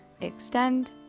extend